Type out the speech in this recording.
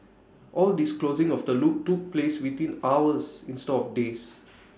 all this closing of the loop took place within hours instead of days